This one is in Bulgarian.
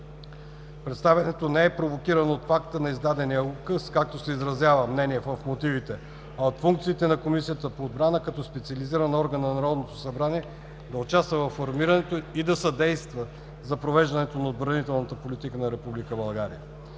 Представянето не е провокирано от факта на издадения указ, както се изразява мнение в мотивите, а от функциите на Комисията по отбрана като специализиран орган на Народното събрание да участва във формирането и да съдейства за провеждането на отбранителната политика на